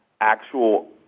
actual